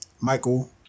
Michael